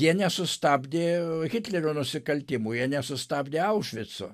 jie nesustabdė hitlerio nusikaltimų jie nesustabdė aušvico